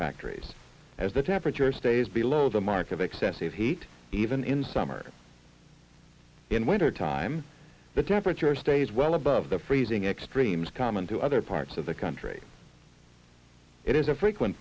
factories as the temperature stays below the mark of excessive heat even in summer in winter time the temperature stays well above the freezing extremes common to other parts of the country it is a frequent